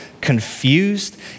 confused